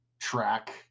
track